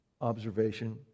observation